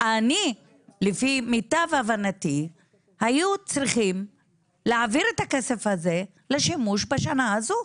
לפי מיטב הבנתי היו צריכים להעביר את הכסף הזה לשימוש בשנה הזו,